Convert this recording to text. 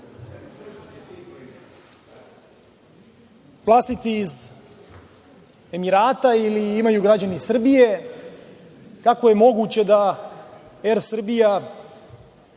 vlasnici iz Emirata ili imaju građani Srbije, kako je moguće da „Er Srbija“